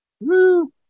Woo